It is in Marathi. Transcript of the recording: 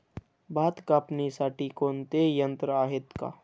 भात कापणीसाठी कोणते यंत्र आहेत का?